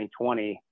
2020